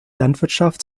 landwirtschaft